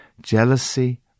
jealousy